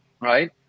right